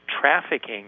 trafficking